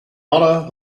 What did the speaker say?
honor